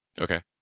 Okay